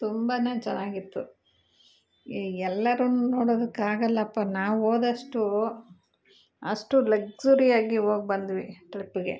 ತುಂಬ ಚೆನ್ನಾಗಿತ್ತು ಎಲ್ಲರನ್ನು ನೋಡೋದಕ್ಕಾಗಲ್ಲಪ್ಪ ನಾವು ಹೋದಷ್ಟೂ ಅಷ್ಟು ಲಕ್ಸುರಿಯಾಗಿ ಹೋಗ್ಬಂದ್ವಿ ಟ್ರಿಪ್ಗೆ